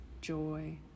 joy